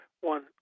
one